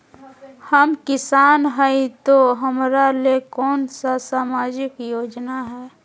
हम किसान हई तो हमरा ले कोन सा सामाजिक योजना है?